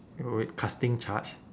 wait wait wait casting charge